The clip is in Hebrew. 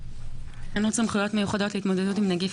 (מקריאה את התקנות) "תקנות סמכויות מיוחדות להתמודדות עם נגיף